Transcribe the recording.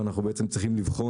ואנו צריכים לבחון,